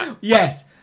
Yes